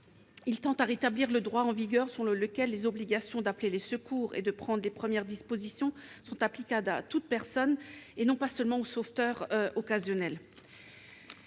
qui tend à rétablir le droit en vigueur, selon lequel les obligations d'appeler les secours et de prendre les premières dispositions sont applicables à toute personne, et non pas seulement au sauveteur occasionnel.